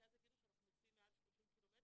אז יגידו שאנחנו מסיעים מעל 30 ק"מ,